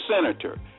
senator